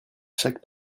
chaque